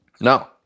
No